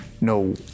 no